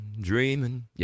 dreaming